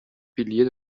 piliers